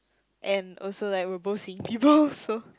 and also like we're both seeing people so